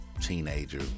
teenager